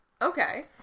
Okay